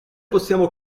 possiamo